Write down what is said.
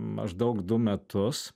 maždaug du metus